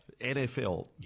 NFL